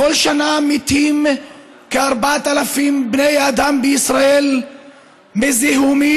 בכל שנה מתים כ-4,000 בני אדם בישראל מזיהומים,